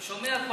שומע כל מילה.